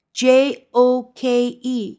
joke